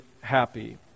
happy